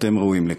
אתם ראויים לכך.